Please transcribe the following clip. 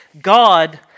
God